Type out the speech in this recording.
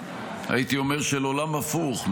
הייתי אומר של עולם הפוך,